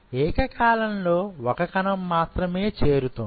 ఏక కాలంలో ఒక కణం మాత్రమే చేరుతోంది